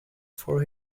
for